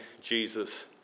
Jesus